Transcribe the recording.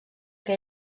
que